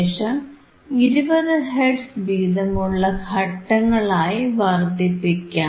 ശേഷം 20 ഹെർട്സ് വീതമുള്ള ഘട്ടങ്ങളായി വർധിപ്പിക്കാം